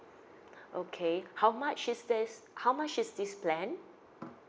okay how much is that is how much is this plan